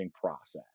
process